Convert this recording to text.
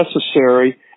necessary